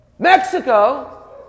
Mexico